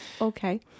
Okay